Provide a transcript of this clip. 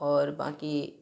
आओर बाँकी